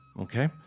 Okay